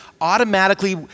automatically